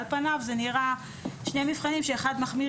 על פניו זה נראה שיש שני מבחנים כאשר אחד מחמיר